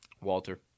Walter